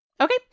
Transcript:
okay